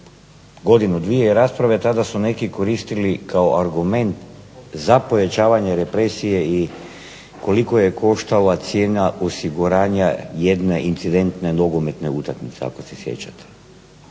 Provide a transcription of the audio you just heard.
godinu, dvije rasprave, tada su neki koristili kao argument za pojačavanje represije i koliko je koštala cijena osiguranja jedne incidentne nogometne utakmice ako se sjećate.